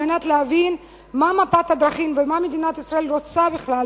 על מנת להבין מה מפת הדרכים ומה מדינת ישראל רוצה בכלל